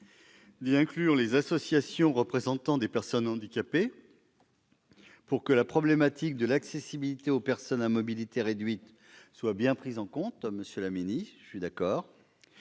d'y inclure les associations représentant des personnes handicapées, afin que la problématique de l'accessibilité aux personnes à mobilité réduite soit bien prise en compte- je suis d'accord